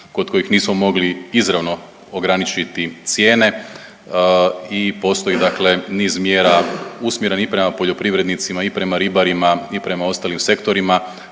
kod kojih nismo mogli izravno ograničiti cijene i postoji dakle niz mjera usmjerenih i prema poljoprivrednicima i prema ribarima i prema ostalim sektorima,